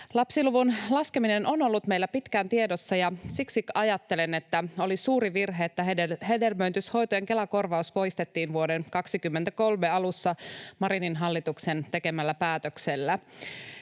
Lapsiluvun laskeminen on ollut meillä pitkään tiedossa, ja siksi ajattelen, että oli suuri virhe, että hedelmöityshoitojen Kela-korvaus poistettiin vuoden 23 alussa Marinin hallituksen tekemällä päätöksellä.